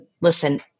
listen